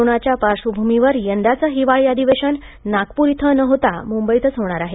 कोरोनाच्या पार्श्वभुमीवर यंदाचे हिवाळी अधिवेशन नागपूर इथं न होता मुंबईतच होणार आहे